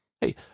hey